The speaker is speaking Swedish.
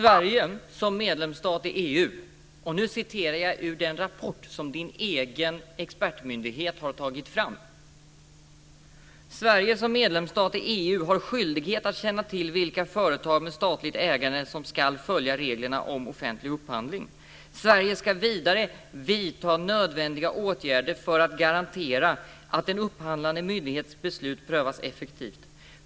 Låt mig läsa ur den rapport som finansministerns egen expertmyndighet har tagit fram: Sverige har som medlemsstat i EU skyldighet att känna till vilka företag med statligt ägande som ska följa reglerna om offentlig upphandling. Sverige ska vidare vidta nödvändiga åtgärder för att garantera att en upphandlande myndighets beslut prövas effektivt.